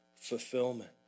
fulfillment